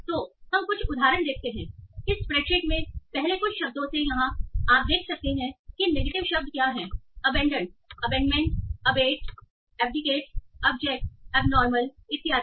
तो हम कुछ उदाहरण देखते हैं इस स्प्रेडशीट में पहले कुछ शब्दों से यहाँ इसलिए आप देखते हैं कि नेगेटिव शब्द क्या हैं abandon abandonment abate abdicate abject abnormal इत्यादि